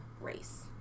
race